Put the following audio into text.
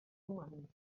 humans